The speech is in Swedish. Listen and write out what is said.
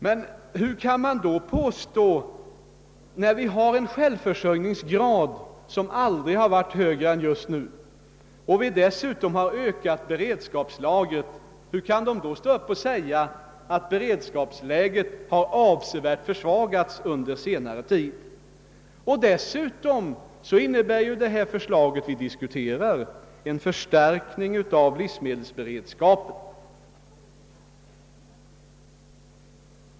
Men hur kan man då mot bakgrunden av att vi har en självförsörjningsgrad, som aldrig varit högre än just nu, och dessutom har ökat beredskapslagren, göra gällande, att beredskapsläget avsevärt försvagats under senare tid? Dessutom innebär det förslag vi diskuterar en förstärkning av livsmedelsberedskapen.